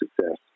success